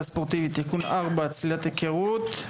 הספורטיבית (תיקון מס' 4) (צלילת היכרות),